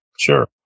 Sure